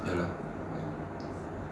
know